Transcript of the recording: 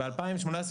ב-2018,